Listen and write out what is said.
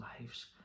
lives